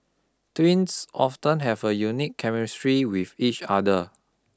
twins often have a unique chemistry with each other